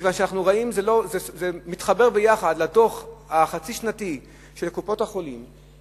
כי זה מתחבר יחד לדוח החצי-שנתי של קופות-החולים,